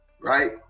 right